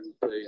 play